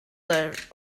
rhode